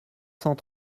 cent